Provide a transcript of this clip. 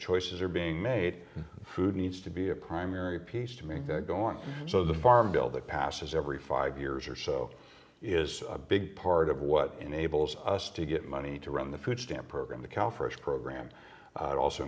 choices are being made food needs to be a primary piece to make that go on so the farm bill that passes every five years or so is a big part of what enables us to get money to run the food stamp program cal fresh program it also